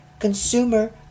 consumer